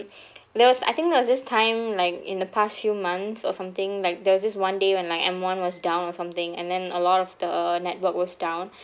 there was I think there was this time like in the past few months or something like there was this one day when like m one was down or something and then a lot of the network was down